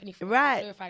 Right